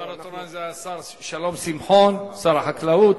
זה השר שלום שמחון, שר החקלאות.